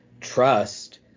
trust